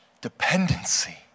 Dependency